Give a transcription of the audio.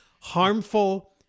harmful